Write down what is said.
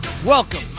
Welcome